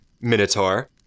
minotaur